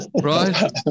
right